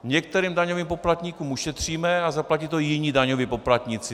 Některým daňovým poplatníkům ušetříme a zaplatí to jiní daňoví poplatníci.